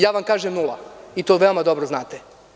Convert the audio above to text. Ja vam kažem nula i to veoma dobro znate.